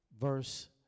verse